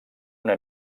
una